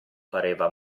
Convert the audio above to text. pareva